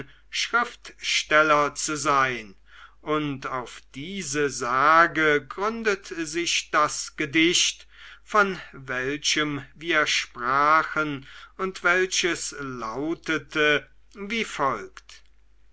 schriftsteller zu sein und auf diese sage gründet sich das gedicht von welchem wir sprachen und welches lautete wie folgt